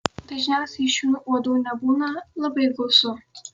dažniausiai šių uodų nebūna labai gausu